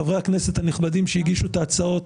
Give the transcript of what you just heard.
חברי הכנסת הנכבדים שהגישו את ההצעות